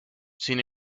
sin